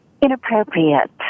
inappropriate